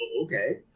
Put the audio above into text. okay